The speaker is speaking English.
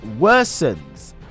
worsens